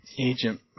agent